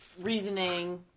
reasoning